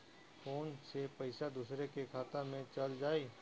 Phone से पईसा दूसरे के खाता में चल जाई?